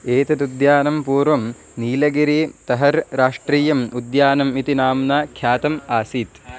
एतत् उद्यानं पूर्वं नीलगिरी तहर् राष्ट्रीयम् उद्यानम् इति नाम्ना ख्यातम् आसीत्